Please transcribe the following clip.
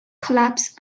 collapses